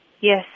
yes